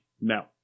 No